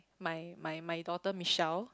my my my daughter Michelle